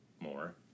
more